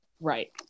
Right